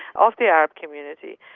of the arab community.